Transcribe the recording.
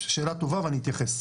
שאלה טובה ואני אתייחס.